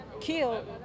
killed